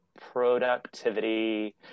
productivity